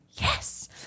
yes